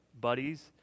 buddies